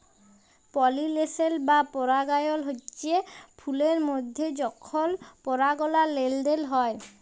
পালিলেশল বা পরাগায়ল হচ্যে ফুলের মধ্যে যখল পরাগলার লেলদেল হয়